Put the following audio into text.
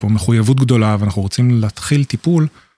פה מחויבות גדולה ואנחנו רוצים להתחיל טיפול.